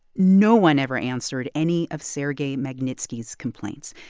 no one ever answered any of sergei magnitsky's complaints.